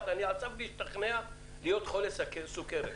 אני על סף שכנוע להיות חולה סוכרת,